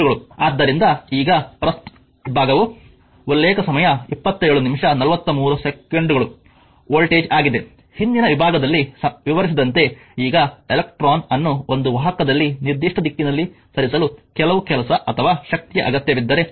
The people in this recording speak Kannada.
ಆದ್ದರಿಂದ ಈಗ ಪ್ರಸ್ತುತ ಭಾಗವು ಉಲ್ಲೇಖ ಸಮಯ 2743 ವೋಲ್ಟೇಜ್ ಆಗಿದೆ ಹಿಂದಿನ ವಿಭಾಗದಲ್ಲಿ ವಿವರಿಸಿದಂತೆ ಈಗ ಎಲೆಕ್ಟ್ರಾನ್ ಅನ್ನು ಒಂದು ವಾಹಕದಲ್ಲಿ ನಿರ್ದಿಷ್ಟ ದಿಕ್ಕಿನಲ್ಲಿ ಸರಿಸಲು ಕೆಲವು ಕೆಲಸ ಅಥವಾ ಶಕ್ತಿಯ ಅಗತ್ಯವಿದ್ದರೆ ವರ್ಗಾವಣೆಯಾಗುತ್ತದೆ